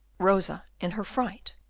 rosa, in her fright,